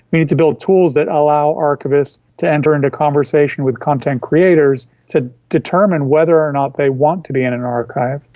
we need to build tools that allow archivists to enter into conversation with content creators to determine whether or not they want to be in an archive,